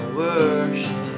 worship